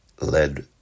led